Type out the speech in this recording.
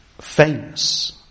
famous